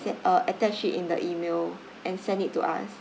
send uh attached it in the email and send it to us